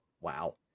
wow